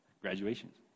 graduations